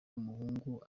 w’umuhungu